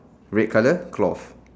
red colour cloth